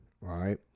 right